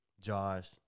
Josh